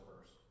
first